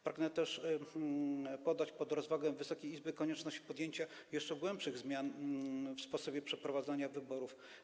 Pragnę też poddać pod rozwagę Wysokiej Izby konieczność podjęcia jeszcze głębszych zmian w sposobie przeprowadzania wyborów.